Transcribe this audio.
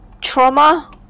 trauma